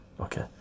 Okay